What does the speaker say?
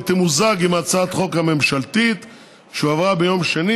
היא תמוזג עם הצעת החוק הממשלתית שהועברה ביום שני,